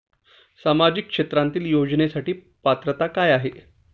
सामाजिक क्षेत्रांतील योजनेसाठी पात्रता काय आहे?